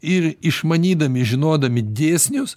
ir išmanydami žinodami dėsnius